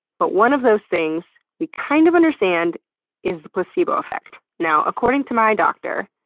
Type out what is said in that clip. but one of those things we kind of understand is the placebo effect. now, according to my doctor,